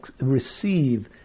receive